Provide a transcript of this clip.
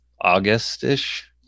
august-ish